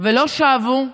ולא שבו,